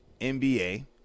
NBA